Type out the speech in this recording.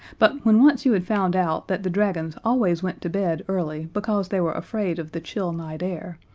but when once you had found out that the dragons always went to bed early because they were afraid of the chill night air,